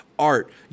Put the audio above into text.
Art